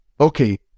okay